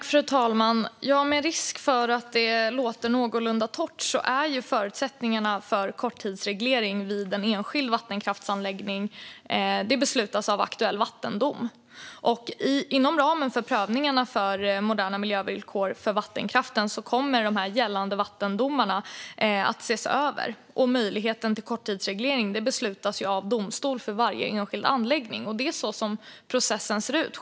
Fru talman! Det låter kanske något torrt, men förutsättningarna för korttidsreglering vid en enskild vattenkraftsanläggning beslutas av aktuell vattendom. Inom ramen för prövningarna för moderna miljövillkor för vattenkraften kommer de gällande vattendomarna att ses över. Möjligheten till korttidsreglering beslutas av domstol för varje enskild anläggning. Det är så processen ser ut.